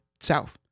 South